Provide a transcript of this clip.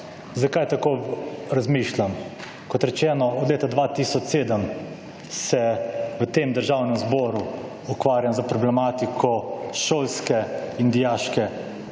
Zakaj tako razmišljam? Kot rečeno, od leta 2007 se v tem Državnem zboru ukvarjam z problematiko šolske in dijaške prehrane.